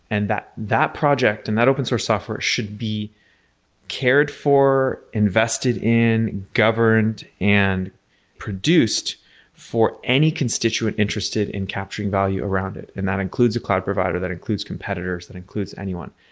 and that that project and that open source software should be cared for, invested in, government and produced for any constituent interested in capturing value around it, and that includes a cloud provider. that includes competitors. that includes anyone.